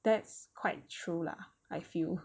that's quite true lah I feel